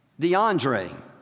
DeAndre